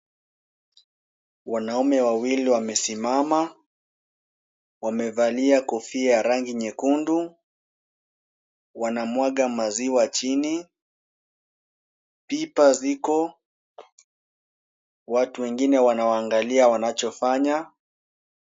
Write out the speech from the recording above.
Wanaume wawili wamesimama, wamevalia kofia ya rangi nyekundu, wanamwaga maziwa chini. Pipa ziko, watu wengine wanawaangalia wanachofanya.